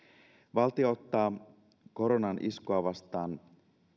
valtio ottaa koronan iskua vastaan